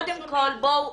שניה, קודם כל בואו,